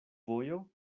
vojo